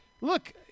look